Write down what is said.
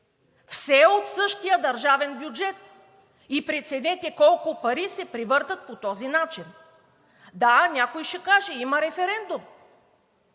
все от същия държавен бюджет! Преценете колко пари се превъртат по този начин. Да, някой ще каже: има референдум.